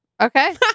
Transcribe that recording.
okay